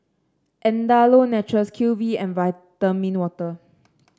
Andalou Naturals Q V and Vitamin Water